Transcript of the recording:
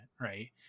right